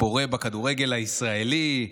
פורה בכדורגל הישראלי,